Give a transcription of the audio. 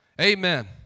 Amen